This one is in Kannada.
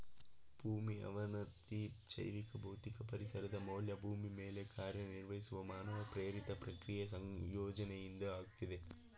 ಭೂಮಿ ಅವನತಿ ಜೈವಿಕ ಭೌತಿಕ ಪರಿಸರದ ಮೌಲ್ಯ ಭೂಮಿ ಮೇಲೆ ಕಾರ್ಯನಿರ್ವಹಿಸುವ ಮಾನವ ಪ್ರೇರಿತ ಪ್ರಕ್ರಿಯೆ ಸಂಯೋಜನೆಯಿಂದ ಆಗ್ತದೆ